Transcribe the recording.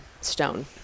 stone